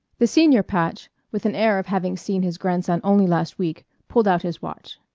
the senior patch, with an air of having seen his grandson only last week, pulled out his watch.